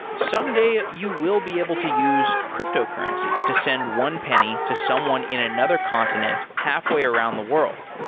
someday you will be able to use cryptocurrency to send one penny to someone in another continent halfway around the world.